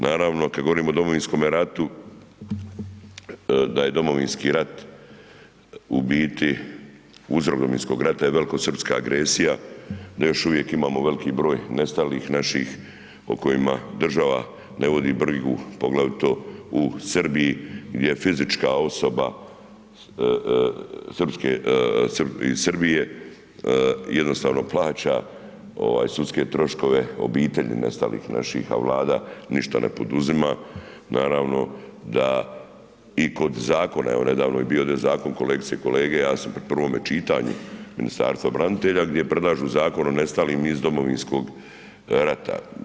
Naravno, kad govorimo o Domovinskome ratu, da je Domovinski rat u biti, uzrok Domovinskog rata je velikosrpska agresija, da još uvijek imamo veliki broj nestalih naših, o kojima država ne vodi brigu, poglavito u Srbiji gdje je fizička osoba iz Srbije jednostavno plaća sudske troškove obiteljima nestalih naših a Vlada ništa ne poduzima, naravno da i kod zakona, evo nedavno je bio ovdje zakon kolegice i kolege, jasno u prvom čitanju Ministarstva branitelja gdje predlažu Zakon o nestalim iz Domovinskog rata.